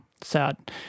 sad